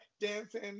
Dancing